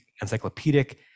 encyclopedic